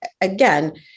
again